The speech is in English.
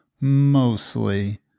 Mostly